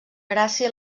gràcia